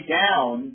down